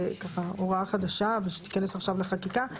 ככה הוראה חדשה ושתיכנס עכשיו לחקיקה.